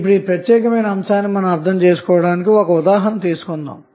ఇప్పుడు ఈ ప్రత్యేక అంశాన్ని అర్ధం చేసుకోవడానికి ఒక ఉదాహరణ తీసుకొందాము